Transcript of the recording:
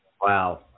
Wow